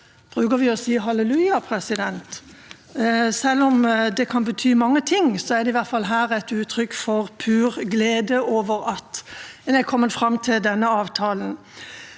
Sørlandet å si halleluja. Selv om det kan bety mange ting, er det i hvert fall her et uttrykk for pur glede over at en har kommet fram til denne avtalen.